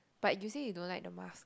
but you say you don't like the mask